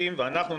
אני